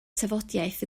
tafodiaith